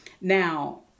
Now